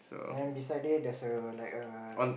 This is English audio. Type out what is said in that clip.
then beside it there's a like a